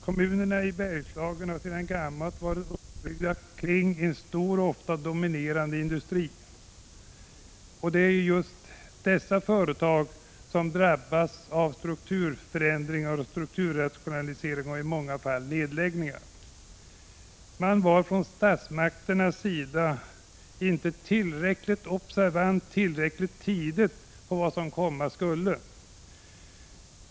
Kommunerna i Bergslagen har sedan gammalt varit uppbyggda kring en stor och ofta dominerande industri. Det är ju just dessa företag som drabbats av strukturförändringar, strukturrationaliseringar och i många fall nedläggningar. Statsmakterna var inte observanta tillräckligt tidigt på vad som komma skulle.